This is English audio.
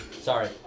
Sorry